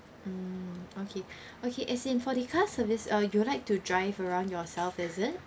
mm okay okay as in for the car service uh you would like to drive around yourself is it